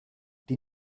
die